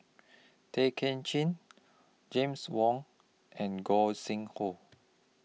Tay Ken Chin James Wong and Gog Sing Hooi